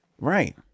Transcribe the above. right